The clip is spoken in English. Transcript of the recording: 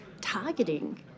targeting